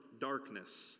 darkness